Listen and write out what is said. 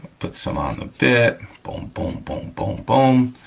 put some on the bit, boom, boom, boom, boom, boom,